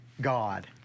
God